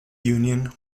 union